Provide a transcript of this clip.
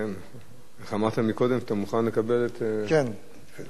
שאתה מוכן לקבל את, אדוני היושב-ראש,